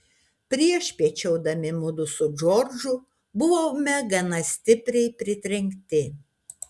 priešpiečiaudami mudu su džordžu buvome gana stipriai pritrenkti